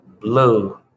Blue